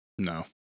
No